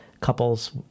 couples